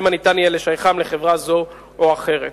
שמא ניתן יהיה לשייכם לחברה זו או אחרת.